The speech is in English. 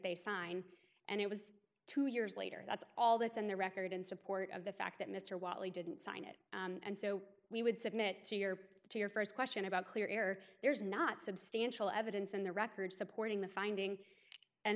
they sign and it was two years later that's all that's in the record in support of the fact that mr wiley didn't sign it and so we would submit to your to your first question about clear error there's not substantial evidence in the record supporting the finding and